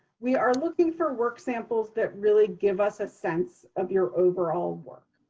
we are looking for work samples that really give us a sense of your overall work.